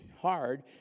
hard